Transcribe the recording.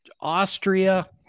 Austria